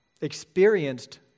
experienced